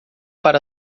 para